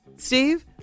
Steve